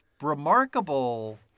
remarkable